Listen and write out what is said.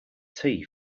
tea